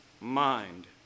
mind